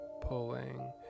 pulling